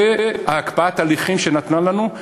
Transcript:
זה הקפאת ההליכים נתנה לנו,